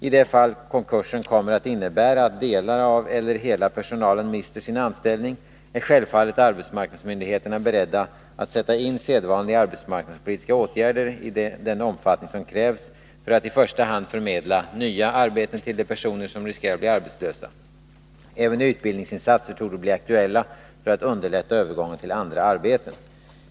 I det fall konkursen kommer att innebära att delar av eller hela personalen mister sin anställning, är självfallet arbetsmarknadsmyndigheterna beredda att sätta in sedvanliga arbetsmarknadspolitiska åtgärder i den omfattning som krävs för att i första hand förmedla nya arbeten till de personer som riskerar att bli arbetslösa. Även utbildningsinsatser torde bli aktuella för att underlätta övergången till andra arbeten.